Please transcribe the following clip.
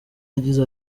yagize